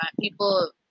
people